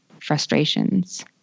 Frustrations